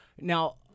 Now